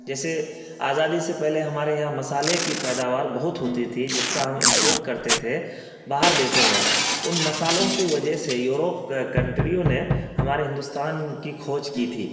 جیسے آزادی سے پہلے ہمارے یہاں مساحلہ کی پیداوار بہت ہوتی تھی جس کا ہم امپوٹ کرتے تھے باہر دیشوں میں ان مساحلوں کی وجہ سے یوروپ کنٹریوں نے ہمارے ہندوستان کی کھوج کی تھی